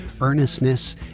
earnestness